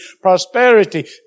prosperity